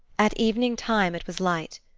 at evening-time it was light.